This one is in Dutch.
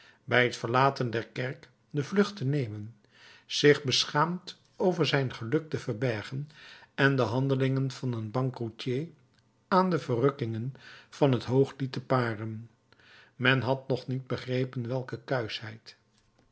bij het verlaten der kerk de vlucht te nemen zich beschaamd over zijn geluk te verbergen en de handelingen van een bankroetier aan de verrukkingen van het hooglied te paren men had nog niet begrepen welke